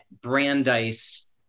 Brandeis